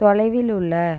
தொலைவில் உள்ள